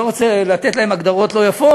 לא רוצה לתת להם הגדרות לא יפות,